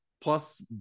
plus